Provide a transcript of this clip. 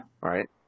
Right